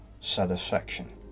satisfaction